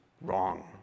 wrong